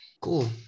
cool